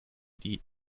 die